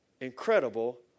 incredible